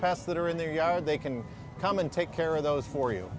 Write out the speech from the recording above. press that are in their yard they can come and take care of those for you